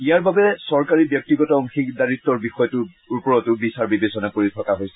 ইয়াৰ বাবে চৰকাৰী ব্যক্তিগত অংশদাৰীত্বৰ বিষয়টো ওপৰতো বিচাৰ বিবেচনা কৰি থকা হৈছে